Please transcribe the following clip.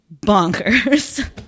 bonkers